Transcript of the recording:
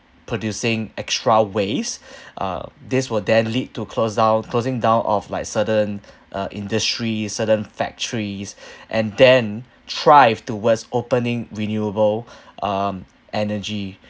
producing extra waste uh this will then lead to close down closing down of like certain uh industries certain factories and then thrive towards opening renewable um energy